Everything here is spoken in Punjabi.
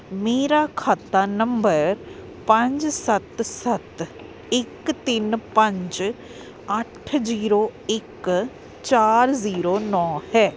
ਮੇਰਾ ਖਾਤਾ ਨੰਬਰ ਪੰਜ ਸੱਤ ਸੱਤ ਇੱਕ ਤਿੰਨ ਪੰਜ ਅੱਠ ਜੀਰੋ ਇੱਕ ਚਾਰ ਜ਼ੀਰੋ ਨੌਂ ਹੈ